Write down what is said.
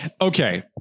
Okay